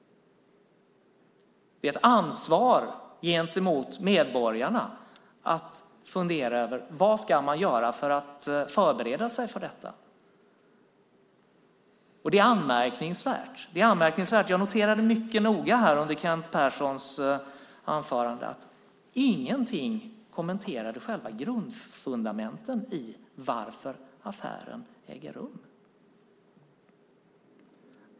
Det är ett ansvar gentemot medborgarna att fundera över vad man ska göra för att förbereda sig för detta. Det är anmärkningsvärt - jag noterade det mycket noga - att Kent Persson i sitt anförande inte kommenterade själva grundfundamenten för att affären äger rum.